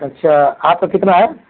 अच्छा आपका कितना है